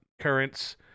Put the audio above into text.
currents